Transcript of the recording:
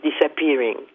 disappearing